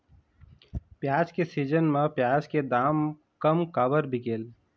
प्याज के सीजन म प्याज के दाम कम काबर बिकेल?